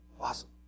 Awesome